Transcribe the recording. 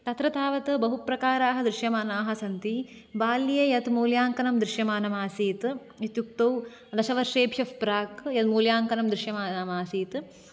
तत्र तावत् बहु प्रकाराः दृश्यमानाः सन्ति बाल्ये यत् मूल्याङ्कनं दृश्यमानम् आसीत् इत्युक्तौ दशवर्षेभ्यः प्राक् यत् मूल्याङ्कनं दृश्यमानम् आसीत्